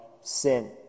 sin